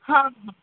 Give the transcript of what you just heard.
ہاں ہاں